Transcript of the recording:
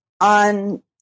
on